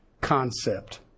concept